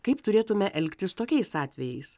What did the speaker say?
kaip turėtumėme elgtis tokiais atvejais